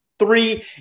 three